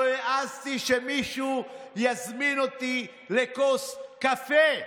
לא העזתי שמישהו יזמין אותי לכוס קפה.